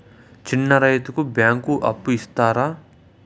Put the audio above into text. చిన్న రైతుకు బ్యాంకు అప్పు ఇస్తారా?